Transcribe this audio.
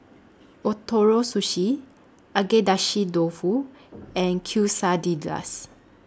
Ootoro Sushi Agedashi Dofu and Quesadillas